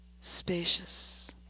spacious